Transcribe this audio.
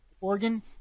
organ